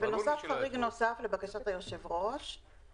ונוסף חריג נוסף לבקשת היושב-ראש מפעם שעברה.